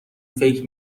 فکر